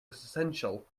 essential